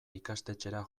ikastetxera